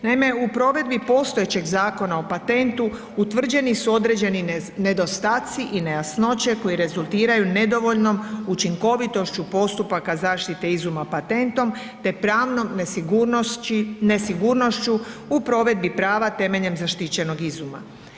Naime, u provedbi postojećeg Zakona o patentu utvrđeni su određeni nedostaci i nejasnoće koji rezultiraju nedovoljnom učinkovitošću postupaka zaštite izuma patentom te pravnom nesigurnošću u provedbi prava temeljem zaštićenog izuma.